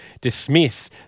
dismiss